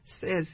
says